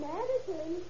Madison